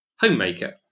homemaker